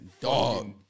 dog